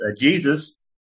Jesus